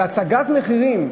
אבל הצגת מחירים,